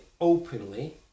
openly